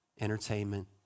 entertainment